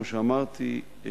כמו שאמרתי,